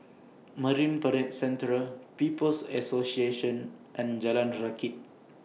Marine Parade Central People's Association and Jalan Rakit